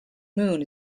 moon